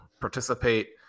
participate